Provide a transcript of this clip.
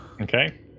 Okay